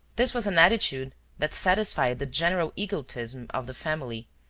this was an attitude that satisfied the general egotism of the family,